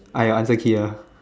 I your answer key ah